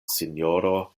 sinjoro